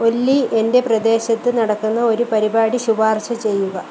ഒല്ലി എന്റെ പ്രദേശത്ത് നടക്കുന്ന ഒരു പരിപാടി ശുപാർശ ചെയ്യുക